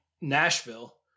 Nashville